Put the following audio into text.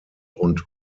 und